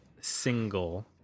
single